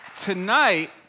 tonight